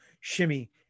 shimmy